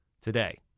today